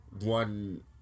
one